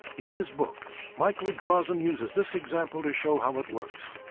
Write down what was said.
in his book, michael drosnin uses this example to show how it works.